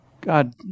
God